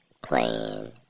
playing